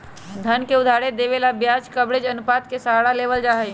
धन के उधार देवे ला ब्याज कवरेज अनुपात के सहारा लेवल जाहई